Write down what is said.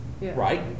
Right